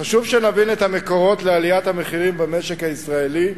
חשוב שנבין את המקורות לעליית המחירים במשק הישראלי,